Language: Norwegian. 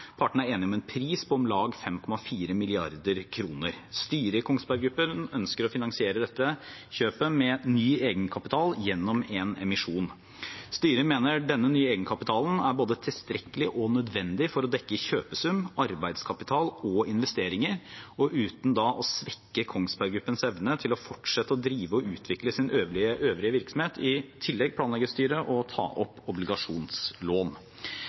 Partene er enige om en pris på om lag 5,4 mrd. kr. Styret i Kongsberg Gruppen ønsker å finansiere dette kjøpet med ny egenkapital gjennom en emisjon. Styret mener denne nye egenkapitalen er både tilstrekkelig og nødvendig for å dekke kjøpesum, arbeidskapital og investeringer, uten å svekke Kongsberg Gruppens evne til å fortsette å drive og utvikle sin øvrige virksomhet. I tillegg planlegger styret å ta opp obligasjonslån.